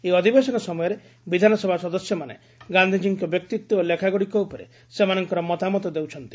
ଏହି ଅଧିବେଶନ ସମୟରେ ବିଧାନସଭା ସଦସ୍ୟମାନେ ଗାନ୍ଧିଜୀଙ୍କ ବ୍ୟକ୍ତିତ୍ୱ ଓ ଲେଖାଗୁଡ଼ିକ ଉପରେ ସେମାନଙ୍କର ମତାମତ ଦେଉଛନ୍ତି